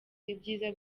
ibyiza